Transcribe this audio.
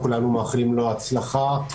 כולנו מאחלים לו הצלחה.